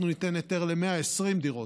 אנחנו ניתן היתר ל-120 דירות,